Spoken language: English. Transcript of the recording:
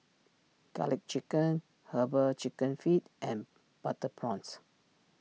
Garlic Chicken Herbal Chicken Feet and Butter Prawns